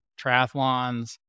triathlons